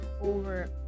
over